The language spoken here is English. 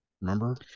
Remember